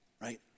right